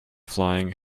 flying